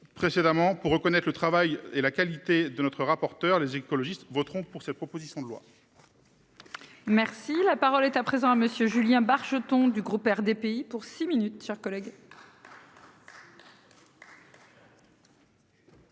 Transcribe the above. Précédemment pour reconnaître le travail et la qualité de notre rapporteur les écologistes voteront pour cette proposition de loi. Merci la parole est à présent à monsieur Julien Bargeton du groupe RDPI pour six minutes, chers collègues.